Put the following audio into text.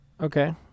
Okay